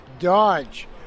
Dodge